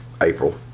April